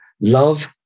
love